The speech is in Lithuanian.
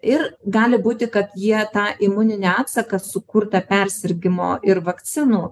ir gali būti kad jie tą imuninį atsaką sukurtą persirgimo ir vakcinų